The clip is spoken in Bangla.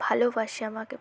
ভালোবাসে আমাকে